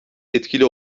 etkili